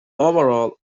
overall